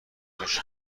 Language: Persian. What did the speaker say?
روش